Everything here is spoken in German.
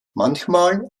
manchmal